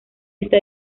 está